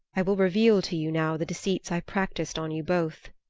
i will reveal to you now the deceits i practiced on you both.